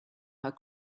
her